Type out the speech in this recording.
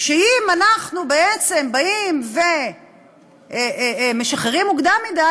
שאם אנחנו בעצם באים ומשחררים מוקדם מדי,